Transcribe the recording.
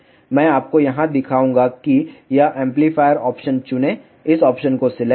मैं आपको यहां दिखाऊंगा कि यह एम्पलीफायर ऑप्शन चुनें इस ऑप्शन को सिलेक्ट करें